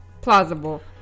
plausible